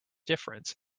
difference